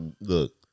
Look